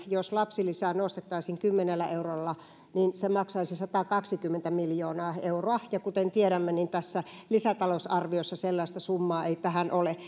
jos lapsilisää nostettaisiin kymmenellä eurolla ensimmäisestä lapsesta alkaen se maksaisi satakaksikymmentä miljoonaa euroa ja kuten tiedämme tässä lisätalousarviossa sellaista summaa ei tähän ole